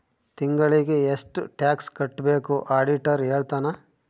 ತಿಂಗಳಿಗೆ ಎಷ್ಟ್ ಟ್ಯಾಕ್ಸ್ ಕಟ್ಬೇಕು ಆಡಿಟರ್ ಹೇಳ್ತನ